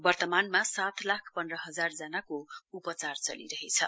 वर्तमानमा सात लाख पन्धहजार जनाको उपचार चलिरहेछ